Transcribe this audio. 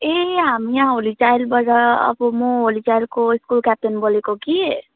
ए हामी यहाँ होली चाइल्डबाट अब म होली चाइल्डको स्कुल क्याप्टन बोलेको कि